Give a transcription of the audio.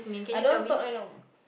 I don't want to talk right now